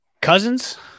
Cousins